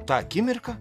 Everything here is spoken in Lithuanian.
tą akimirką